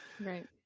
Right